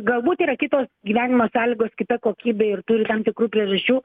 galbūt yra kitos gyvenimo sąlygos kita kokybė ir turi tam tikrų priežasčių